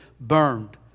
burned